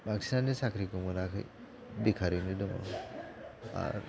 बांसिनानो साख्रिखौ मोनाखै बेखार ओरैनो दङ आरो